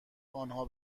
آنها